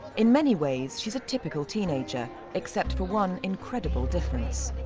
in many ways she's a typical teenager except for one incredible difference.